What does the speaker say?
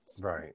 right